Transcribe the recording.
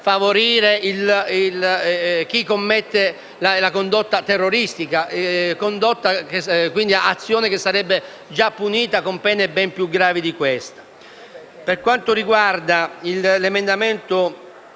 favorire chi commette la condotta terroristica, azione che sarebbe già punita con pene ben più gravi di questa. Per quanto riguarda gli emendamenti